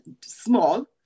small